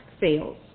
fails